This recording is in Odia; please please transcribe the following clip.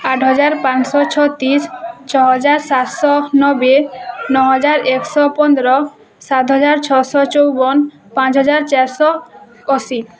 ଆଠ ହଜାର ପାଞ୍ଚଶହ ଛତିଶ ଛଅ ହଜାର ସାତଶହ ନବେ ନଅ ହଜାର ଏକଶହ ପନ୍ଦର ସାତ ହଜାର ଛଅଶହ ଚଉବନ ପାଞ୍ଚ ହଜାର ଚାରିଶହ ଅଶୀ